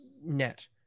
Net